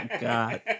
God